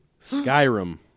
Skyrim